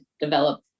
develop